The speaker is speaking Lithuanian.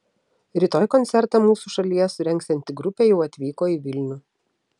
rytoj koncertą mūsų šalyje surengsianti grupė jau atvyko į vilnių